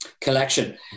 collection